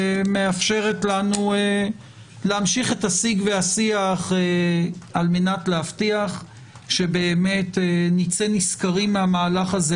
מאפשרת לנו להמשיך את השיג והשיח על מנת להבטיח שנצא נשכרים מהמהלך הזה,